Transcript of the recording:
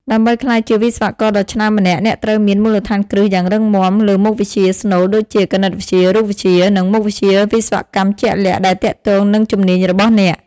ដើម្បីក្លាយជាវិស្វករដ៏ឆ្នើមម្នាក់ អ្នកត្រូវមាន មូលដ្ឋានគ្រឹះយ៉ាងរឹងមាំ លើមុខវិជ្ជាស្នូលដូចជា គណិតវិទ្យា រូបវិទ្យា និងមុខវិជ្ជាវិស្វកម្មជាក់លាក់ ដែលទាក់ទងនឹងជំនាញរបស់អ្នក។